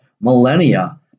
millennia